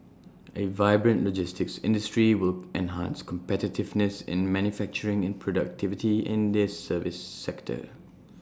A vibrant logistics industry will enhance competitiveness in manufacturing and productivity in the service sector